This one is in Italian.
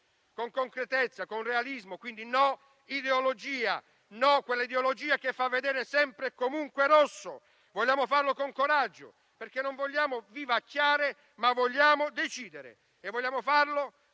con concretezza e con realismo. No, quindi, all'ideologia, a quell'ideologia che fa vedere sempre e comunque rosso; vogliamo farlo con coraggio, perché non vogliamo vivacchiare, ma vogliamo decidere. Vogliamo farlo